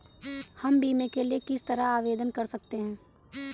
हम बीमे के लिए किस तरह आवेदन कर सकते हैं?